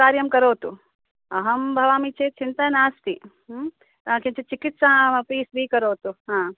कार्यं करोतु अहं भवामि चेत् चिन्ता नास्ति किञ्चित् चिकित्साम् अपि स्वीकरोतु आ